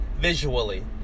visually